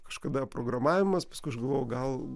kažkada programavimas paskui aš galvojau gal